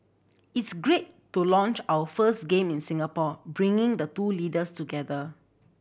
it's great to launch our first game in Singapore bringing the two leaders together